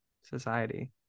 society